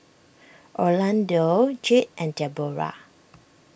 Orlando Jade and Deborah